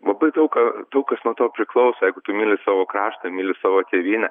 labai daug ką daug kas nuo to priklauso jeigu tu myli savo kraštą myli savo tėvynę